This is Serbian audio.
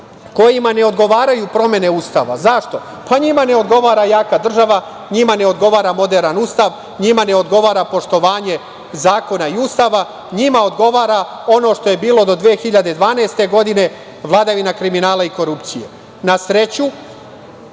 kojima ne odgovaraju promene Ustava. Zašto? Njima ne odgovara jaka država, njima ne odgovara moderan Ustav, njima ne odgovara poštovanje zakona i Ustava, njima odgovara ono što je bilo do 2012. godine, vladavina kriminala i korupcije. Na sreću,